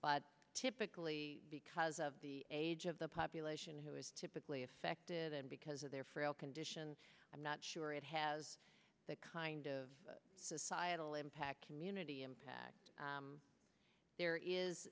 but typically because of the age of the population who is typically affected and because of their frail condition i'm not sure it has that kind of societal impact community impact there is